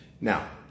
Now